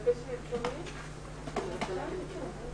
עם בקשה שלנו לעשות את כל המאמצים ולחייב את הכסף הזה עד ה-31 בדצמבר.